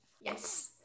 Yes